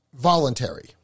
Voluntary